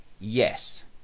Yes